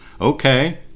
Okay